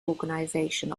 organization